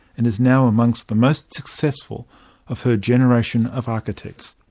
and is now among the most successful of her generation of architects.